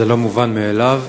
זה לא מובן מאליו,